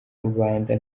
rubanda